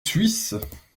suisses